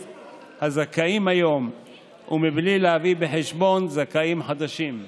הזכאים היום ובלי להביא בחשבון זכאים חדשים.